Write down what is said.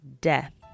death